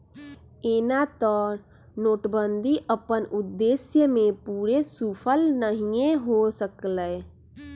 एना तऽ नोटबन्दि अप्पन उद्देश्य में पूरे सूफल नहीए हो सकलै